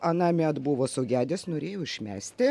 anąmet buvo sugedęs norėjau išmesti